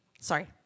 Sorry